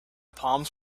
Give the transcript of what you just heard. palms